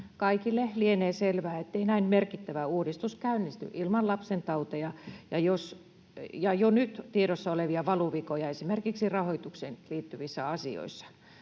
Kaikille lienee selvää, ettei näin merkittävä uudistus käynnisty ilman lastentauteja ja jo nyt tiedossa olevia valuvikoja esimerkiksi rahoitukseen liittyvissä asioissa.